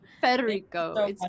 Federico